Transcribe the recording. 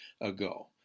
ago